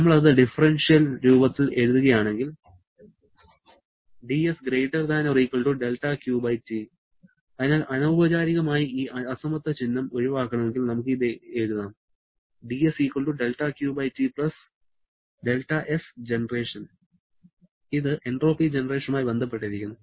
നമ്മൾ അത് ഡിഫറെൻഷ്യൽ രൂപത്തിൽ എഴുതുകയാണെങ്കിൽ അതിനാൽ അനൌപചാരികമായി ഈ അസമത്വ ചിഹ്നം ഒഴിവാക്കണമെങ്കിൽ നമുക്ക് ഇത് എഴുതാം ഇത് എൻട്രോപ്പി ജനറേഷനുമായി ബന്ധപ്പെട്ടിരിക്കുന്നു